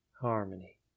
harmony